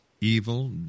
evil